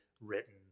written